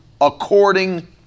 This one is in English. according